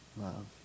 love